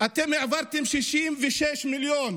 העברתם 66 מיליון.